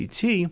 CT